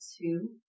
two